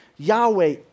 Yahweh